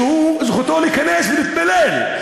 שזכותו להיכנס להתפלל,